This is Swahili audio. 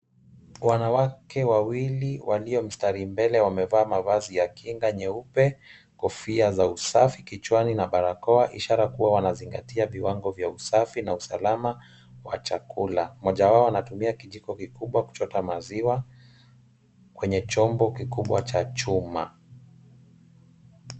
Wanawake wawili walio mstari mbele wamevaa mavazi ya kinga nyeupe ,kofia za usafi kichwani na barakoa ishara kuwa wanazingatia viwango vya usafi na usalama wa chakula. Mmoja wao anatumia kijiko kikubwa kuchota maziwa kwenye chombo kikubwa cha chuma.